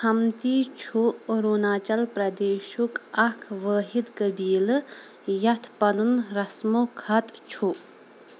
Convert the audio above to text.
ہمتی چھُ اروٗناچل پرٮ۪دیشُک اکھ وٲحد قبیٖلہٕ یتھ پنُن رسمُ خط چھُ